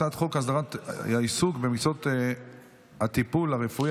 הצעת חוק הסדרת העיסוק במקצועות הטיפול הרפואי,